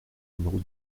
numéro